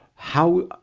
how,